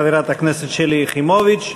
חברת הכנסת שלי יחימוביץ.